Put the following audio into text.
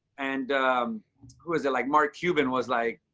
and who is it like? mark cuban was like,